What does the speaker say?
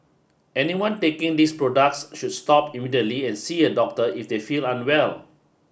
anyone taking these products should stop immediately and see a doctor if they feel unwell